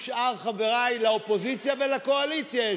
עם שאר חבריי לאופוזיציה ולקואליציה,